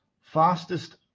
fastest